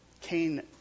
Cain